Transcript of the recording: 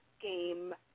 game